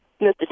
Mr